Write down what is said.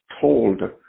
told